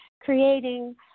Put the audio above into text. creating